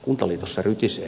kuntaliitossa rytisee